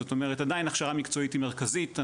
זאת אומרת עדיין הכשרה מקצועית היא מרכזית,